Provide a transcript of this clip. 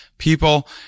People